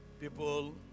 people